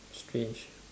strange